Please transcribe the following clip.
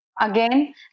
again